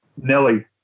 Nelly